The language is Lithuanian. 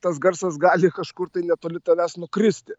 tas garsas gali kažkur tai netoli tavęs nukristi